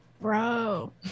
Bro